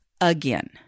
again